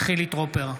חילי טרופר,